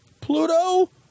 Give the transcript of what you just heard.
Pluto